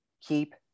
keep